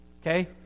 Okay